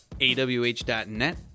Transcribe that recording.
awh.net